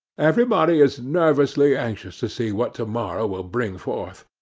everybody is nervously anxious to see what to-morrow will bring forth.